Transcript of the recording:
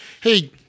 Hey